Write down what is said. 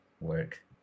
work